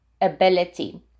ability